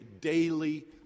daily